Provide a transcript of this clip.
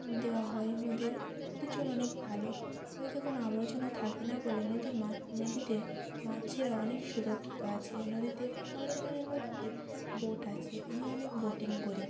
দেওয়া হয় নদীর নদীর জল অনেক ভালো নদীতে কোনো আবর্জনা থাকে না বলে নদীর মাছ নদীতে মাছেরা অনেক সুরক্ষিত আছে নদীতে আমাদের এখানের নদীতে বোট আছে আমরা অনেক বোটিং করি